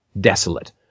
desolate